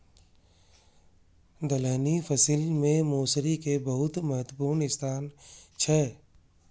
दलहनी फसिल मे मौसरी के बहुत महत्वपूर्ण स्थान छै